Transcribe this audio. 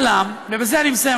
בזה אני מסיים,